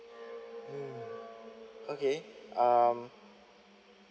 um okay um